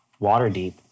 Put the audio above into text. Waterdeep